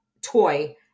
toy